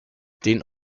den